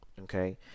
okay